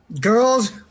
Girls